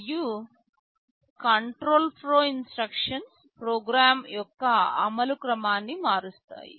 మరియు control flow instructions program యొక్క అమలు క్రమాన్ని మారుస్తాయి